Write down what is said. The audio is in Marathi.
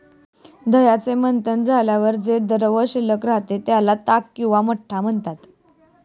दह्याचे मंथन झाल्यावर जे द्रावण शिल्लक राहते, त्याला ताक किंवा मठ्ठा म्हणतात